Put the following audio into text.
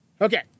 Okay